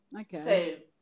okay